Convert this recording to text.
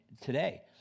today